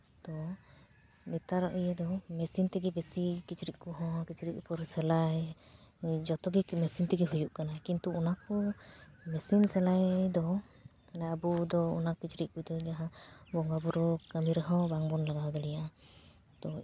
ᱛᱳ ᱱᱮᱛᱟᱨᱟᱜ ᱤᱭᱟᱹ ᱫᱚ ᱢᱮᱥᱤᱱ ᱛᱮᱜᱮ ᱵᱮᱥᱤ ᱠᱤᱪᱨᱤᱪ ᱠᱚᱦᱚᱸ ᱠᱤᱪᱨᱤᱪ ᱩᱯᱚᱨ ᱥᱮᱞᱟᱭ ᱡᱚᱛᱚᱜᱮ ᱢᱮᱥᱤᱱ ᱛᱮᱜᱮ ᱦᱩᱭᱩᱜ ᱠᱟᱱᱟ ᱠᱤᱱᱛᱩ ᱚᱱᱟ ᱠᱚ ᱢᱮᱥᱤᱱ ᱥᱮᱞᱟᱭ ᱫᱚ ᱚᱱᱮ ᱟᱵᱚ ᱫᱚ ᱚᱱᱟ ᱠᱤᱪᱨᱤᱪ ᱠᱚᱫᱚ ᱡᱟᱦᱟᱸ ᱵᱚᱸᱜᱟᱼᱵᱩᱨᱩ ᱠᱟᱹᱢᱤ ᱨᱮᱦᱚᱸ ᱵᱟᱝᱵᱚᱱ ᱞᱟᱜᱟᱣ ᱫᱟᱲᱮᱭᱟᱜᱼᱟ ᱛᱳ